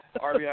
RBI